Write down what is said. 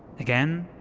again?